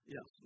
Yes